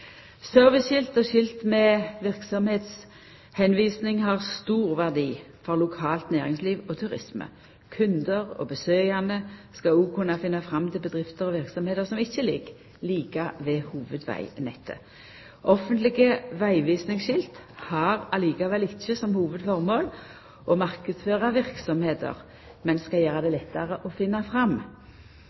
og skilt med verksemdvisning har stor verdi for lokalt næringsliv og turisme. Kundar og besøkande skal òg kunna finna fram til bedrifter og verksemder som ikkje ligg like ved hovudvegnettet. Offentlege vegvisingsskilt har likevel ikkje som hovudformål å marknadsføra verksemder, men skal gjera det lettare å finna fram.